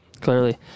clearly